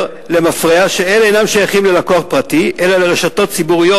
למפרע שאלה אינם שייכים ללקוח פרטי אלא לרשתות ציבוריות,